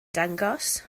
dangos